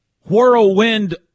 Whirlwind